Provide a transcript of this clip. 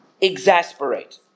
exasperate